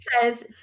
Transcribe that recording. says